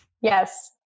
Yes